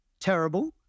terrible